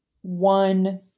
one